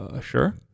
sure